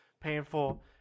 painful